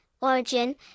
origin